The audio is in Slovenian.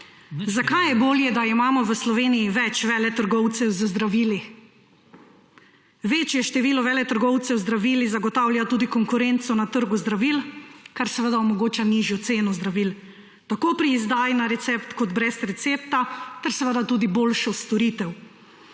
Zakaj je bolje, da imamo v Sloveniji več veletrgovcev z zdravili? Večje število veletrgovcev z zdravili zagotavlja tudi konkurenco na trgu zdravil, kar seveda omogoča nižjo ceno zdravil tako pri izdaji na recept kot brez recepta ter tudi boljšo storitev.